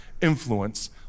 influence